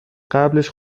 قبلش